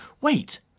Wait